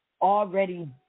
already